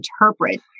interpret